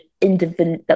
individual